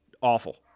Awful